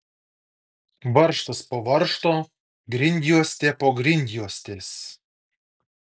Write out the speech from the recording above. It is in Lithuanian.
varžtas po varžto grindjuostė po grindjuostės